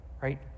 right